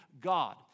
God